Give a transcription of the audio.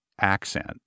accent